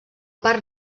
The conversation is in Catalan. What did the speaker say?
part